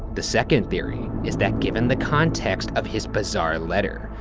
the second theory, is that given the context of his bizarre letter,